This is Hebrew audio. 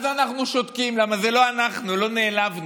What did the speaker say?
אז אנחנו שותקים כי זה לא אנחנו, לא נעלבנו.